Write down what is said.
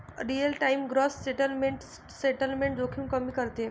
real time gross settlement settlement जोखीम कमी करते